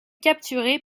capturer